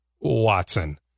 Watson